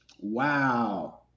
Wow